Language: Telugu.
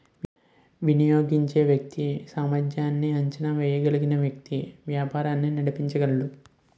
వినియోగించే వ్యక్తి సామర్ధ్యాన్ని అంచనా వేయగలిగిన వ్యక్తి వ్యాపారాలు నడిపించగలడు